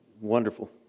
wonderful